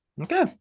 Okay